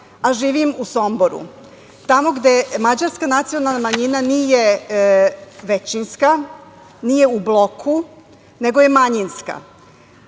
a živim u Somboru, tamo gde mađarska nacionalna manjina nije većinska, nije u bloku, nego je manjinska.